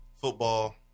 football